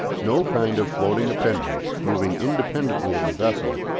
no kind of floating appendage, moving independently of the vessel,